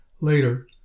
Later